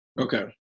Okay